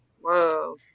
Whoa